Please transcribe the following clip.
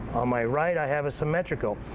on my right i have a symmetrical.